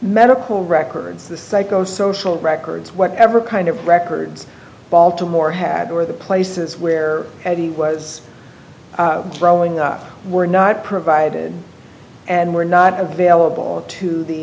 medical records the psycho social records whatever kind of records baltimore had or the places where he was growing up were not provided and were not available to the